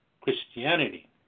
Christianity